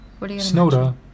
Snowda